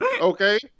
Okay